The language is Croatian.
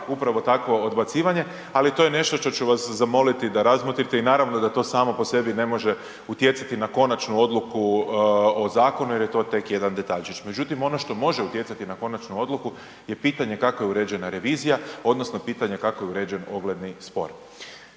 upravo takvo odbacivanje, ali to je nešto što ću vas zamoliti da razmotrite i naravno da to samo po sebi ne može utjecati na konačnu odluku o zakonu, jer je to tek jedan detaljčić. Međutim, ono što može utjecati na konačnu odluku je pitanje kako je uređena revizija odnosno pitanje kako je uređen ogledni spor.